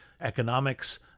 economics